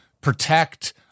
protect